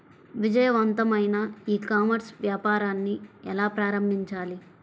విజయవంతమైన e commerce వ్యాపారాన్ని ఎలా ప్రారంభించాలి?